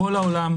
בכל העולם,